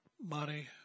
Money